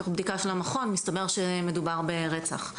כך בבדיקה של המכון מסתבר שמדבור ברצח.